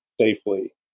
safely